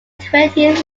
twentieth